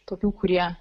tokių kurie